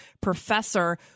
professor